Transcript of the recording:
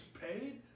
paid